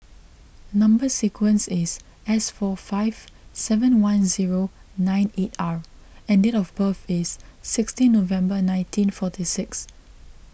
Number Sequence is S four five seven one zero nine eight R and date of birth is sixteen November nineteen forty six